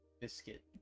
biscuit